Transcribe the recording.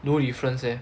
no difference leh